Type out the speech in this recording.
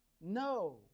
No